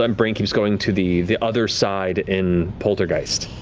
um brain keeps going to the the other side in poltergeist,